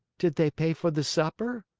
did they pay for the supper?